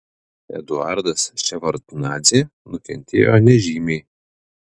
eduardas ševardnadzė nukentėjo nežymiai